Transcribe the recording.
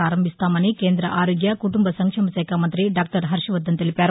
ప్రారంభిస్తామని కేంద్ర ఆరోగ్య కుటుంబనంక్షేమ శాఖ మంతి డాక్టర్ హర్షవర్థన్ తెలిపారు